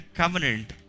covenant